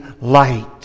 light